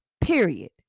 period